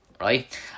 right